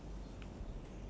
ya